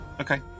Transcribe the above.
Okay